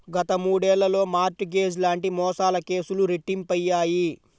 గత మూడేళ్లలో mortgage లాంటి మోసాల కేసులు రెట్టింపయ్యాయి